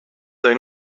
they